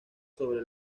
sobre